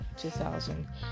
2000